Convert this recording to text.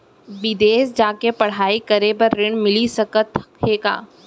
बिदेस जाके पढ़ई करे बर ऋण मिलिस सकत हे का?